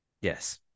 yes